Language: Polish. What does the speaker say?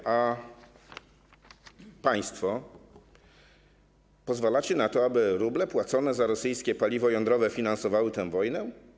A państwo pozwalacie na to, aby ruble płacone za rosyjskie paliwo jądrowe finansowały tę wojnę?